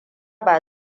ba